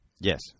Yes